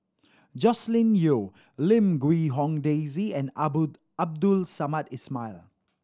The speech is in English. Joscelin Yeo Lim Quee Hong Daisy and Abdul Samad Ismail